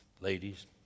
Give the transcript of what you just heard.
Ladies